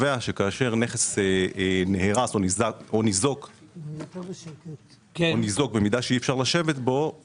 קובע שכשאר נכס נהרס או ניזוק במידה שאי אפשר לשבת בו,